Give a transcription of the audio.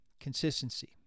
consistency